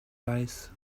face